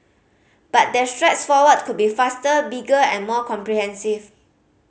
but their strides forward could be faster bigger and more comprehensive